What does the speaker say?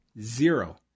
zero